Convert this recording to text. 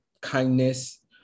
kindness